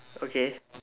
okay